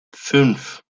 fünf